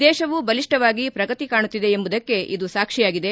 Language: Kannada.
ದೇಶವು ಬಲಿಷ್ಟವಾಗಿ ಪ್ರಗತಿ ಕಾಣುತ್ತಿದೆ ಎಂಬುದಕ್ಕೆ ಇದು ಸಾಕ್ಷಿಯಾಗಿದೆ